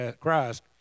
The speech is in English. Christ